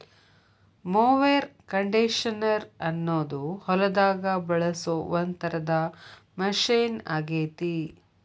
mower conditioner ಅನ್ನೋದು ಹೊಲದಾಗ ಬಳಸೋ ಒಂದ್ ತರದ ಮಷೇನ್ ಆಗೇತಿ